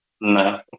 No